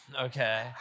Okay